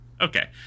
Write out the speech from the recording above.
okay